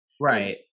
Right